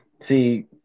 see